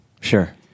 sure